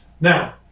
Now